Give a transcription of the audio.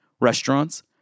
restaurants